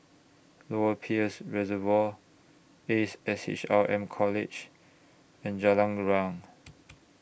Lower Peirce Reservoir Ace S H R M College and Jalan Riang